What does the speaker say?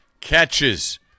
Catches